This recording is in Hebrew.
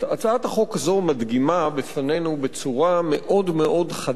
הצעת החוק הזאת מדגימה בפנינו בצורה מאוד מאוד חדה